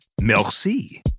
Merci